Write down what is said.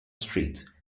street